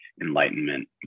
enlightenment